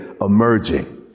emerging